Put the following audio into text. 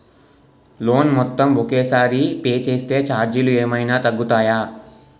Loan మొత్తం ఒకే సారి పే చేస్తే ఛార్జీలు ఏమైనా తగ్గుతాయా?